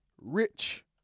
Rich